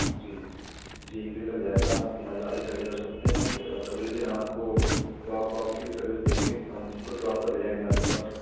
جی جی ایک دن لگ جائے گا آپ تو یہاں گاڑی کھڑی کر سکتے ہیں پھر اگر آپ کو اگلے دن ہم آپ کو ڈراپ آؤٹ کی بھی سروس دیں گے ہم خود ڈراپ کر کے جائیں گے آپ کے پاس